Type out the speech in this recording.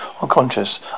unconscious